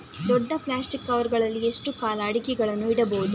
ದೊಡ್ಡ plastic cover ಗಳಲ್ಲಿ ಎಷ್ಟು ಕಾಲ ಅಡಿಕೆಗಳನ್ನು ಇಡಬಹುದು?